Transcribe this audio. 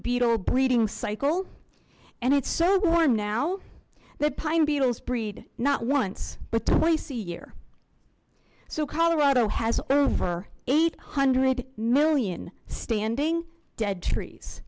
beetle breeding cycle and it's so warm now that pine beetles breed not once but twice a year so colorado has over eight hundred million standing dead trees